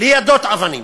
ליידות אבנים,